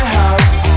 house